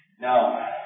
now